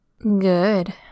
Good